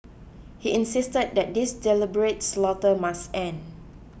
he insisted that this deliberate slaughter must end